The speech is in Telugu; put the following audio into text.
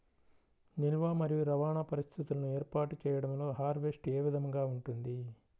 నిల్వ మరియు రవాణా పరిస్థితులను ఏర్పాటు చేయడంలో హార్వెస్ట్ ఏ విధముగా ఉంటుంది?